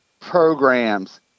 programs